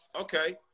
okay